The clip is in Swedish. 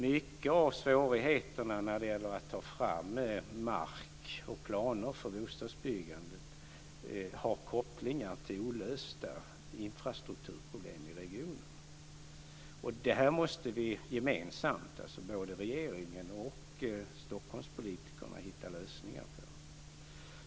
Mycket av svårigheterna när det gäller att ta fram mark och planer för bostadsbyggandet har kopplingar till olösta infrastrukturproblem i regionen. Det här måste vi gemensamt, alltså både regeringen och Stockholmspolitikerna, hitta lösningar på.